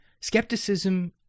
Skepticism